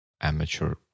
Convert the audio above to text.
amateur